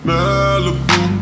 Malibu